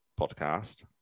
podcast